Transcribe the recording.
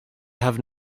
have